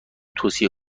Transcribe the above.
توصیه